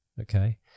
Okay